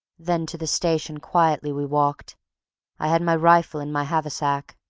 then to the station quietly we walked i had my rifle and my haversack,